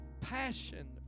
Passion